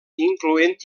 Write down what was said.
incloent